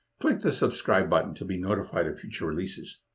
click the subscribe button to be notified of future releases.